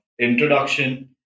introduction